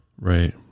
Right